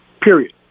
Period